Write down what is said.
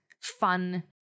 fun